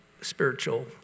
spiritual